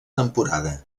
temporada